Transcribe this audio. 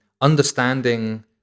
understanding